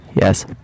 Yes